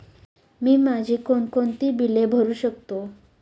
मी माझी कोणकोणती बिले भरू शकतो?